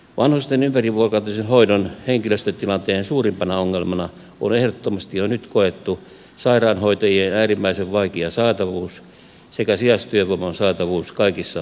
vanhusten ympärivuorokautisen hoidon henkilöstötilanteen suurimpana ongelmana on ehdottomasti jo nyt koettu sairaanhoitajien äärimmäisen vaikea saatavuus sekä sijaistyövoiman saatavuus kaikissa henkilöstöryhmissä